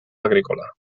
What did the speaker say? agrícola